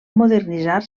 modernitzar